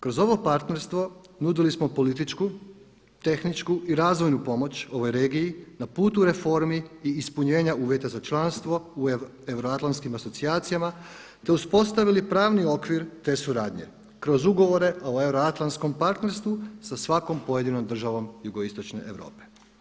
Kroz ovo partnerstvo nudili smo političku, tehničku i razvojnu pomoć ovoj regiji na putu reformi i ispunjenja uvjeta za članstvo u euroatlantskim asocijacijama, te uspostavili pravni okvir te suradnje kroz euroatlantskom partnerstvu sa svakom pojedinom državom Jugoistočne Europe.